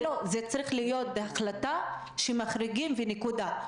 זה צריך להיות החלטה שמחריגים, נקודה.